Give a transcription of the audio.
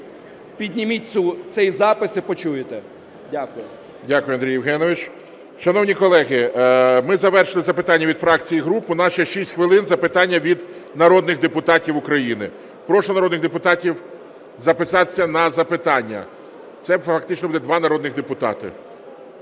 підніміть цей запис і почуєте. Дякую. ГОЛОВУЮЧИЙ. Дякую, Андрій Євгенович. Шановні колеги, ми завершили запитання від фракцій і груп, у нас ще 6 хвилин, запитання від народних депутатів України. Прошу народних депутатів записатися на запитання. Це фактично буде два народних депутати.